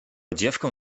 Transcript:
dziewką